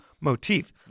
motif